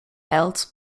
else